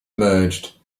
merged